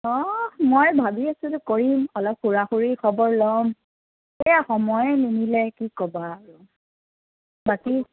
অহ মই ভাবি আছিলোঁ কৰিম অলপ খুৰা খুৰীৰ খবৰ ল'ম সেইয়া সময়েই নিমিলে কি ক'বা বাকী